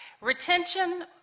Retention